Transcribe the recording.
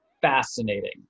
fascinating